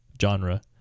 genre